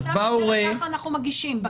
אז בא הורה ------ ככה אנחנו מגישים,